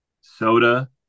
soda